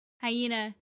hyena